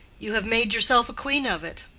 you have made yourself queen of it.